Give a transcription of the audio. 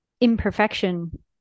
imperfection